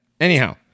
Anyhow